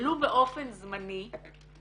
ולו באופן זמני,